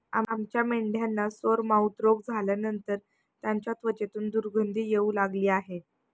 आमच्या मेंढ्यांना सोरमाउथ रोग झाल्यानंतर त्यांच्या त्वचेतून दुर्गंधी येऊ लागली आहे